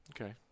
Okay